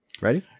Ready